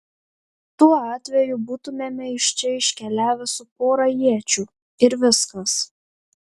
tuo atveju būtumėme iš čia iškeliavę su pora iečių ir viskas